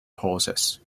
process